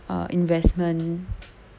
uh investment